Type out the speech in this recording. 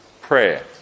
prayer